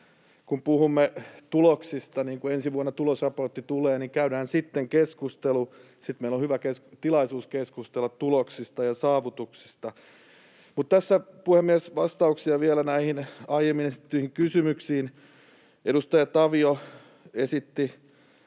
kun puhumme tuloksista, niin kun ensi vuonna tulosraportti tulee, käydään sitten se keskustelu. Sitten meillä on hyvä tilaisuus keskustella tuloksista ja saavutuksista. Tässä, puhemies, vielä vastauksia näihin aiemmin esitettyihin kysymyksiin. Kun edustaja Tavio esitti